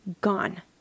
gone